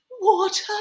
water